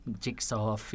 jigsaw